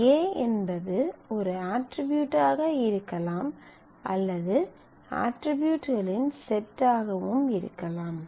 A என்பது ஒரு அட்ரிபியூடாக இருக்கலாம் அல்லது அட்ரிபியூட்களின் செட் ஆகவும் இருக்கலாம்